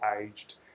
aged